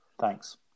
thanks